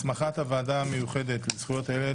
הסמכת הוועדה המיוחדת לזכויות הילד